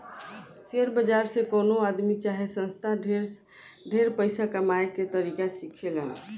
share बाजार से कवनो आदमी चाहे संस्था ढेर पइसा कमाए के तरीका सिखेलन